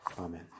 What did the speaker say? Amen